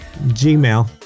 Gmail